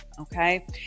okay